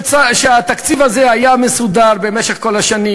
שהתקציב הזה היה מסודר במשך כל השנים,